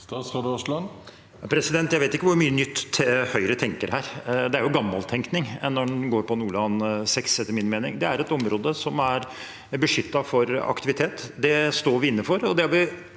Jeg vet ikke hvor mye nytt Høyre tenker her. Det er gammel tenkning når en går på Nordland VI, etter min mening. Det er et område som er beskyttet fra aktivitet. Det står vi inne for, og det